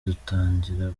dutangira